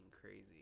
crazy